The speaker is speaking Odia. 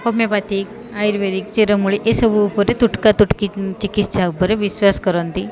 ହୋମିଓପାଥିକ ଆୟୁର୍ବେଦିକ ଚେରମୂଳି ଏସବୁ ଉପରେ ତୁଟକା ତୁଟକି ଚିକିତ୍ସା ଉପରେ ବିଶ୍ୱାସ କରନ୍ତି